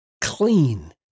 clean